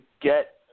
get